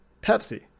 Pepsi